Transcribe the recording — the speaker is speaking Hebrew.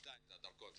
שניים דרכון,